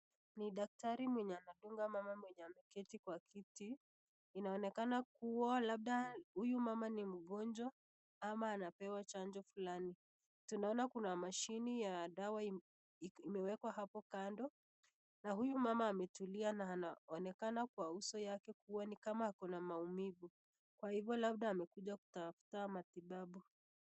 Ni daktari mwenye anadunga mama mwenye ameketi kwa kiti, inaonekana kuwa labda huyu mama ni mgonjwa ama anapewa chanjo fulani, tunaona kuna mashini ya dawa imewekwa hapo kando, na huyu mama ametulia na anaonekana kwa uso yake ni kama ako na maumivu, kwa hivyo labda amekuja kutafuta matibabu.